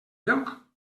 lloc